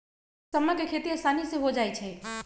समा के खेती असानी से हो जाइ छइ